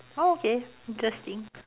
oh okay interesting